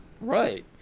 Right